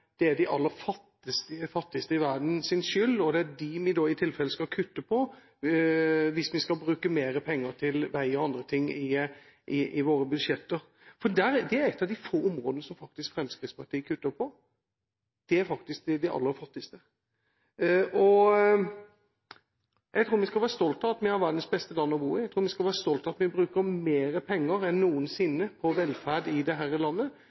det er de aller fattigste i verden sin skyld, og at det er overfor dem vi i tilfelle skal kutte, hvis vi skal bruke mer penger til vei og andre ting i våre budsjetter. Det er et av de få områdene som Fremskrittspartiet faktisk kutter på, det er til de aller fattigste. Jeg tror vi skal være stolte av at vi har verdens beste land å bo i. Jeg tror vi skal være stolte av at vi bruker mer penger enn noensinne på velferd i dette landet. Det